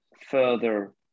further